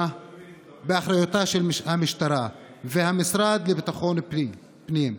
באחריותה של המשטרה והמשרד לביטחון פנים,